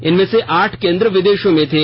इनमें से आठ केन्द्र विदेश में थे